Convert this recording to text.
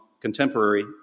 contemporary